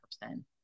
person